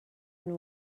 and